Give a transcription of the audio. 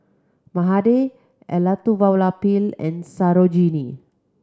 Mahade Elattuvalapil and Sarojini